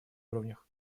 уровнях